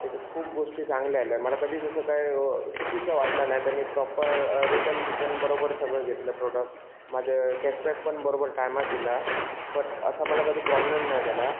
त्याच्यात खूप गोष्टी चांगल्या आल्या मला कधीच असं काय चुकीचं वाटलं नाही त्यांनी प्रॉपर रिटन बिटन बरोबर सगळं घेतलं प्रोडक माझं कॅशबॅक पण बरोबर टायमात दिला बट असा मला कधी प्रॉब्लेम नाही झाला